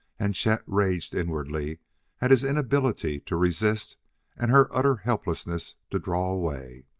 and chet raged inwardly at his inability to resist and her utter helplessness to draw away.